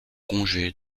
congé